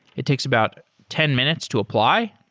it takes about ten minutes to apply.